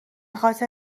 خاطر